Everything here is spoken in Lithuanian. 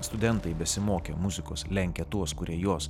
studentai besimokę muzikos lenkia tuos kurie jos